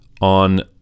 on